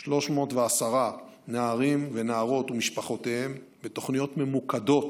310 נערים ונערות ומשפחותיהם בתוכניות ממוקדות